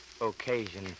occasion